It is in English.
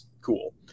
cool